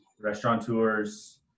restaurateurs